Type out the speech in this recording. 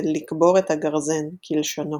ו"לקבור את הגרזן" כלשונו.